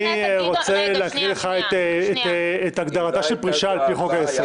אני רוצה להקריא לך את הגדרתה של פרישה על פי חוק-היסוד.